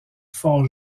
fort